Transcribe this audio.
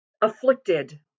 afflicted